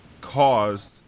caused